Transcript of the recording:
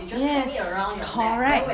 yes correct